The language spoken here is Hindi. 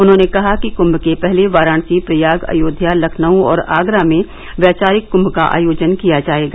उन्होंने कहा कि कुंभ के पहले वाराणसी प्रयाग अयोध्या लखनऊ और आगरा में वैचारिक कुंभ का आयोजन किया जायेगा